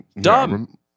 Dumb